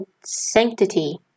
sanctity